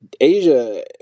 Asia